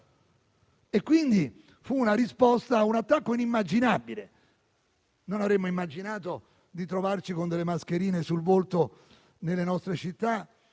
quindi è stato una risposta a un attacco immaginabile. Non avremmo immaginato di trovarci con delle mascherine sul volto nelle nostre città